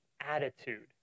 attitude